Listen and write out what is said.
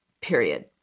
period